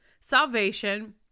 salvation